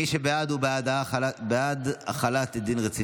התשפ"ב 2022. מי שבעד הוא בעד החלת דין רציפות.